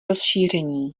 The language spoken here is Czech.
rozšíření